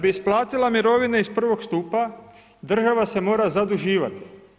Da bi isplatila mirovine iz prvog stupa, država se mora zaduživati.